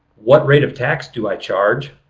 what rate of tax do i charge?